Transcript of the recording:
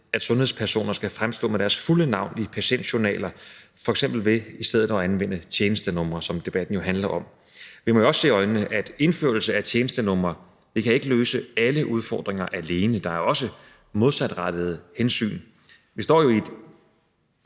at sundhedspersoner skal fremstå med deres fulde navn i patientjournaler, f.eks. ved i stedet at anvende tjenestenumre, som debatten jo handler om. Vi må jo også se i øjnene, at en indførelse af tjenestenumre ikke kan løse alle udfordringer alene, og at der også er modsatrettede hensyn. Vi står jo i et